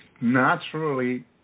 Naturally